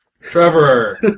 Trevor